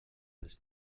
els